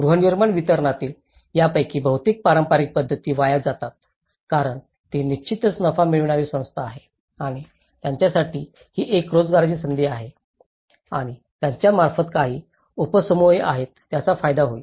गृहनिर्माण वितरणातील यापैकी बहुतेक पारंपारिक पध्दती वाया जातात कारण ती निश्चितच नफा मिळवणारी संस्था आहे आणि त्यांच्यासाठी ही एक रोजगाराची संधी आहे आणि त्यांच्यामार्फत काही उपसमूहही आहेत ज्याचा फायदा होईल